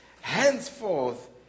henceforth